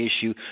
issue